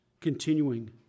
Continuing